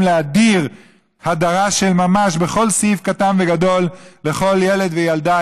להדיר הדרה של ממש בכל סעיף קטן וגדול כל ילד וילדה,